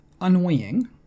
annoying